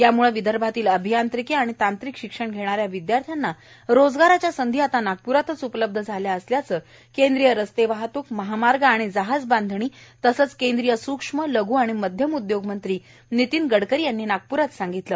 याम्ळं विदर्भातील अभियांत्रिकी आणि तांत्रिक शिक्षण घेणाऱ्या विद्यार्थ्यांना रोजगाराच्या संधी नागप्रातच उपलब्ध झाल्या असल्याचं केंद्रीय रस्ते वाहतूकए महामार्ग आणि जहाजबांधणी आणि केंद्रीय सूक्ष्मए लघू आणि मध्यम उद्योग मंत्री नितीन गडकरी यांनी नागपूरात सांगितलं